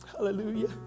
Hallelujah